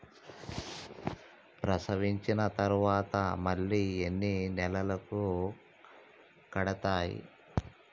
ప్రసవించిన తర్వాత మళ్ళీ ఎన్ని నెలలకు కడతాయి?